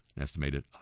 Estimated